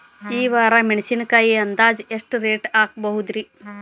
ಈ ವಾರ ಮೆಣಸಿನಕಾಯಿ ಅಂದಾಜ್ ಎಷ್ಟ ರೇಟ್ ಆಗಬಹುದ್ರೇ?